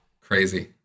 Crazy